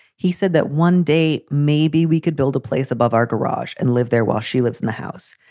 he said that one day maybe we could build a place above our garage and live there while she lives in the house.